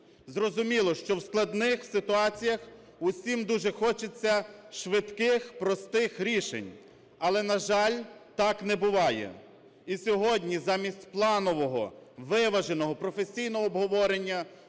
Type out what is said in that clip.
Зрозуміло, що в складних ситуаціях усім дуже хочеться швидких простих рішень. Але, на жаль, так не буває. І сьогодні замість планового виваженого професійного обговорення